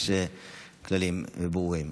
יש כללים ברורים.